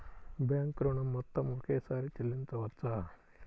Bank ఋణం మొత్తము ఒకేసారి చెల్లించవచ్చా?